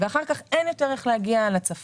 ואחר כך אין יותר איך להגיע לצפון.